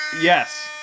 Yes